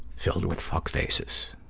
filled with fuck faces.